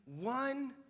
one